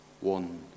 one